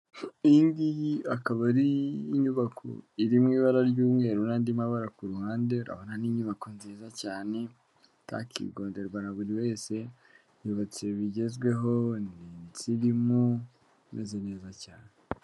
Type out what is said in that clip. Iyi ngiyi akaba ari inyubako iri mu ibara ry'umweru n'andi mabara ku ruhande urabona n'inyubako nziza cyane itakigonderwa na buri wese yubatse bigezweho, ni insirimu imeze zeza cyane.